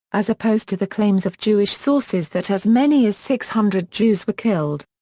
as opposed to the claims of jewish sources that as many as six hundred jews were killed.